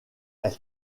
elle